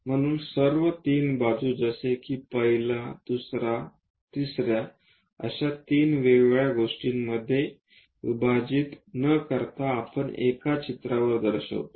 म्हणून सर्व 3 बाजू जसे की पहिल्या दुसर्या तिसर्या अशा 3 वेगवेगळ्या गोष्टींमध्ये विभाजित न करता आपण एका चित्रावर दर्शवितो